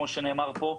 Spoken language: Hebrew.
כפי שנאמר פה,